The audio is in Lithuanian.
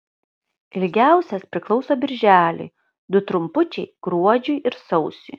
ilgiausias priklauso birželiui du trumpučiai gruodžiui ir sausiui